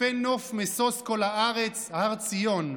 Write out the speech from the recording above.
"יפה נוף משוש כל הארץ הר ציון,